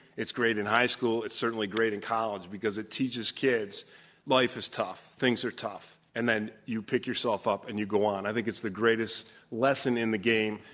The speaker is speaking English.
it's great in high school. it's certainly great in college because it teaches kids that life is tough. things are tough. and then you pick yourself up, and you go on. i think it's the greatest lesson in the game,